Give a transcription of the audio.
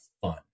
fun